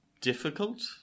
difficult